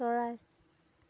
চৰাই